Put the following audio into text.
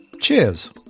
Cheers